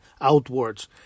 outwards